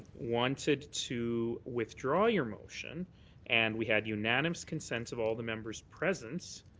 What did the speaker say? wanted to withdraw your motion and we had unanimous consent of all the members present,